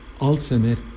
ultimate